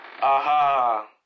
Aha